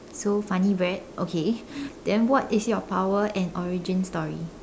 so funny bread okay then what is your power and origin story